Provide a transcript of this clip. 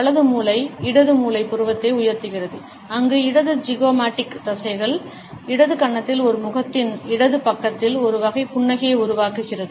வலது மூளை இடது பக்க புருவத்தை உயர்த்துகிறது அங்கு இடது ஜிகோமாடிகஸ் தசைகள் மற்றும் இடது கன்னத்தில் ஒரு முகத்தின் இடது பக்கத்தில் ஒரு வகை புன்னகையை உருவாக்குகிறது